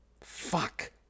Fuck